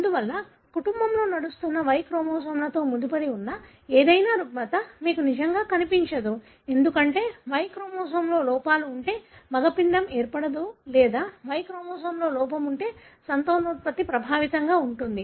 అందువల్ల కుటుంబంలో నడుస్తున్న Y క్రోమోజోమ్తో ముడిపడి ఉన్న ఏదైనా రుగ్మత మీకు నిజంగా కనిపించదు ఎందుకంటే Y క్రోమోజోమ్లో లోపాలు ఉంటే మగ పిండం ఏర్పడదు లేదా Y క్రోమోజోమ్లో లోపం ఉంటే సంతానోత్పత్తి ప్రభావితంగా ఉంటుంది